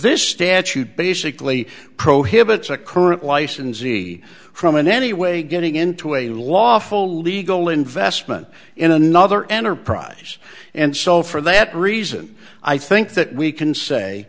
this statute basically prohibits a current licensee from in any way getting into a lawful legal investment in another enterprise and so for that reason i think that we can say